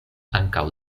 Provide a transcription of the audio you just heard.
ankaŭ